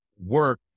work